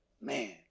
man